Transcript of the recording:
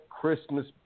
christmas